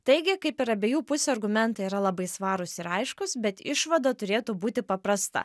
taigi kaip ir abiejų pusių argumentai yra labai svarūs ir aiškūs bet išvada turėtų būti paprasta